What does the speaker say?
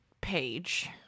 page